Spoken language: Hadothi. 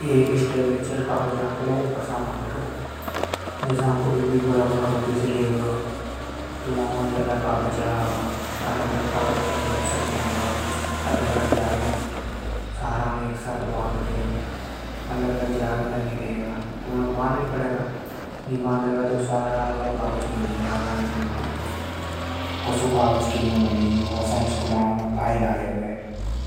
एक स्टेपलेचर कागजा को कसा बांधेगो। कोई भी बड़ा बड़ा ऑफिस रेगा, वा ज्यादा कागज आगा। अलग-अलग कागज अलग-अलग सट्टी का । सारा ने एक जाग ने बांध के अलग-अलग धरान्गा। नी तो सारा मल जावे। अलग-अलग फाइल काने अलग-अलग स्टेपलेचर छावे। बड़ी बड़ी फाईला में बांधबा काने रस्सी काम में लेवा। जिसे कागज